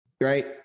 right